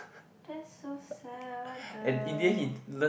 that's so sad what the